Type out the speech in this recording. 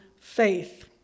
faith